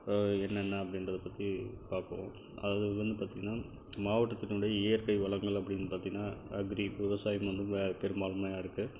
என்னென்ன அப்படின்றத பற்றி பார்ப்போம் அது வந்து பார்த்தீங்கன்னா மாவட்டத்தினுடைய இயற்கை வளங்கள் அப்படின்னு பார்த்தீங்கன்னா அக்ரி விவசாயம் வந்து பெரும்பான்மையா இருக்குது